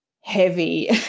heavy